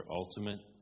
ultimate